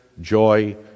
joy